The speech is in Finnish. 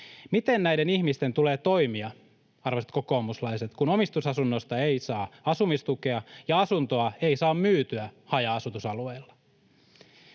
Miten näiden ihmisten tulee toimia, arvoisat kokoomuslaiset, kun omistusasunnosta ei saa asumistukea ja asuntoa ei saa myytyä haja-asutusalueilla?